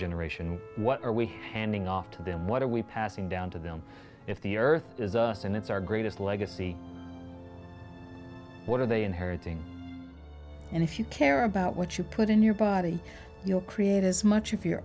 generation what are we handing off to them what are we passing down to them if the earth is us and it's our greatest legacy what are they inheriting and if you care about what you put in your body you'll create as much of your